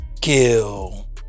kill